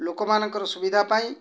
ଲୋକମାନଙ୍କର ସୁବିଧା ପାଇଁ